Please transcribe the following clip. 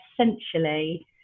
essentially